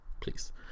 please